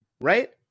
right